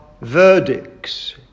verdicts